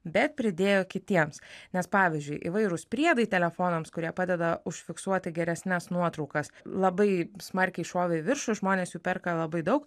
bet pridėjo kitiems nes pavyzdžiui įvairūs priedai telefonams kurie padeda užfiksuoti geresnes nuotraukas labai smarkiai šovė į viršų žmonės jų perka labai daug